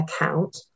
account